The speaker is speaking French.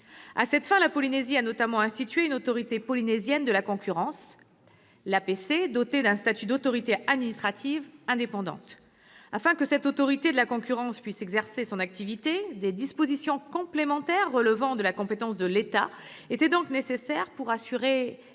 À cette fin, la Polynésie a notamment institué une autorité polynésienne de la concurrence, l'APC, dotée d'un statut d'autorité administrative indépendante. Afin que cette autorité de la concurrence puisse exercer son activité, des dispositions complémentaires relevant de la compétence de l'État étaient nécessaires pour assurer